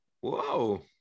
Whoa